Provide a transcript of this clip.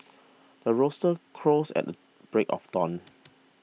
the rooster crows at the break of dawn